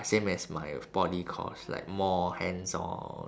same as my uh poly course like more hands on